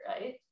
right